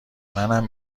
منم